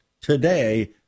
today